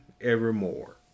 evermore